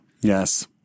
Yes